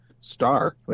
Star